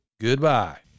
Goodbye